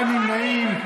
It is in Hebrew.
אין נמנעים.